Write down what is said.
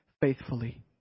faithfully